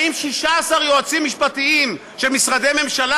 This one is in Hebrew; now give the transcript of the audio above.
באים 16 יועצים משפטיים של משרדי ממשלה